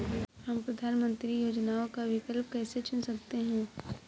हम प्रधानमंत्री योजनाओं का विकल्प कैसे चुन सकते हैं?